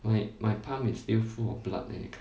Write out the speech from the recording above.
wait my palm is still full of blood then you 看